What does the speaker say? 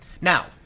Now